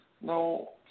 No